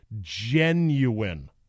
genuine